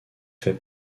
fait